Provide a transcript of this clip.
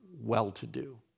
well-to-do